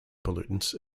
pollutants